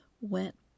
went